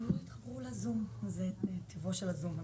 הם לא התחברו לזום, זה טיבו של הזום.